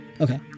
Okay